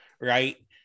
right